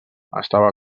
estava